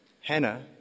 Hannah